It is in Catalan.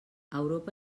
europa